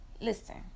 listen